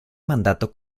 mandato